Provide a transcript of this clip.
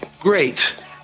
Great